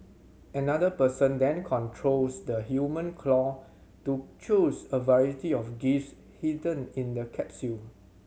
another person then controls the human claw to choose a variety of gifts hidden in the capsule